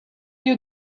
you